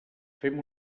fem